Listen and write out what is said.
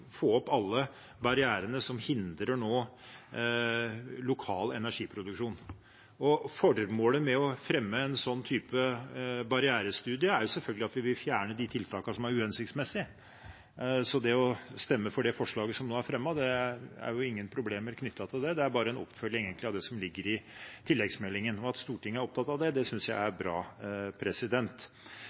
få opp alle barrierene som nå hindrer lokal energiproduksjon. Formålet med å fremme en sånn type barrierestudie er selvfølgelig at vi vil fjerne de tiltakene som er uhensiktsmessige. Det å stemme for det forslaget som nå er fremmet, er det ingen problemer knyttet til, det er egentlig bare en oppfølging av det som ligger i tilleggsmeldingen. At Stortinget er opptatt av det, syns jeg er bra.